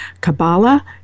Kabbalah